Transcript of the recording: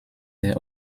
der